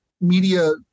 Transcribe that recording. media